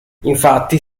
infatti